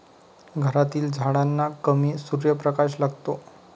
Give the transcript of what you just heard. घरातील झाडांना कमी सूर्यप्रकाश लागतो